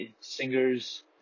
singers